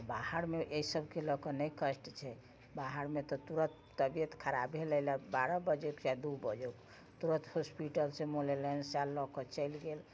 आओर बाहरमे अइ सबके लअके नहि कष्ट छै बाहरमे तऽ तुरत तबियत खराब भेले बारह बजे या दू बजे तुरत हॉस्पिटलसँ एम्बुलेंस आयल लअके चलि गेल